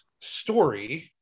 story